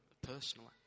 personally